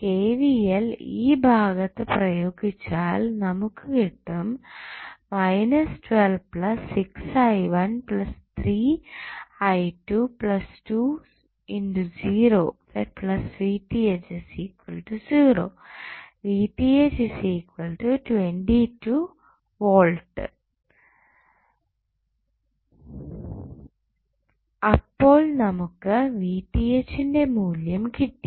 KVL ഈ ഭാഗത്തു പ്രയോഗിച്ചാൽ നമുക്ക് കിട്ടും അപ്പോൾ നമുക്ക് ന്റെ മൂല്യം കിട്ടി